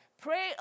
Pray